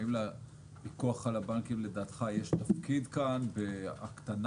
האם לפיקוח על הבנקים לדעתך יש תפקיד כאן בהקטנת